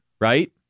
right